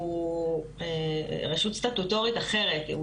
רשות סטטוטורית אחרת,